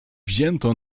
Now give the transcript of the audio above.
wzięto